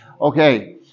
Okay